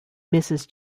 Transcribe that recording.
mrs